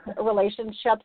relationships